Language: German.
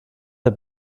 der